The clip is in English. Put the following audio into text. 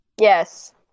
Yes